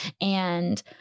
and-